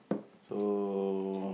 so